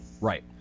Right